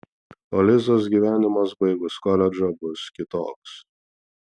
o lizos gyvenimas baigus koledžą bus kitoks